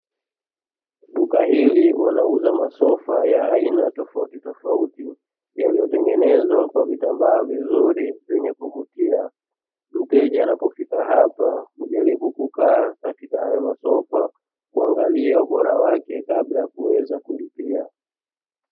Duka hili wanauza masofa ya aina tofautitofauti yaliyotengenezwa kwa vitambaa vizuri vyenye kuvutia, mteja anapofika hapa hujaribu kukaa katika hayo masofa kuangalia ubora wake, kabla ya kuweza kulipia.